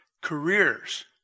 Careers